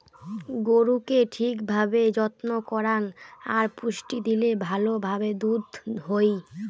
গরুকে ঠিক ভাবে যত্ন করাং আর পুষ্টি দিলে ভালো ভাবে দুধ হই